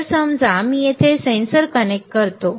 तर समजा मी येथे सेन्सर कनेक्ट करतो